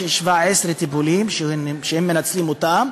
יש 17 טיפולים שהם מנצלים אותם,